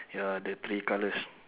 ya the three colours